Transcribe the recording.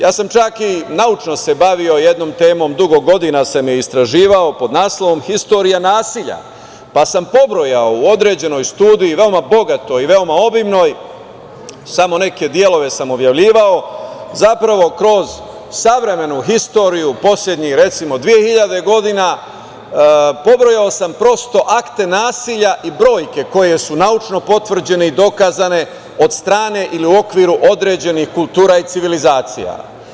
Ja sam se i naučno bavio jednom temom, dugo godina sam je istraživao, pod naslovom „Istorija nasilja“, pa sam pobrojao u određenoj studiji veoma bogatoj i veoma obimnoj, samo neke delove sam objavljivao, zapravo kroz savremenu istoriju poslednjih 2.000 godina, pobrojao sam akte nasilja i brojke koje su naučno potvrđene i dokazane od strane ili u okviru određenih kultura i civilizacija.